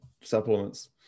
supplements